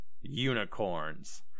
unicorns